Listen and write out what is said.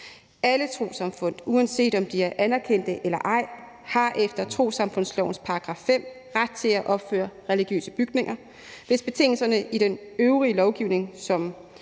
Alle trossamfund, uanset om de er anerkendte eller ej, har efter trossamfundslovens § 5 ret til at opføre religiøse bygninger, hvis betingelserne i den øvrige lovgivning, som